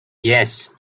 yes